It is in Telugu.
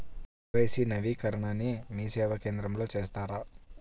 కే.వై.సి నవీకరణని మీసేవా కేంద్రం లో చేస్తారా?